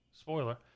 spoiler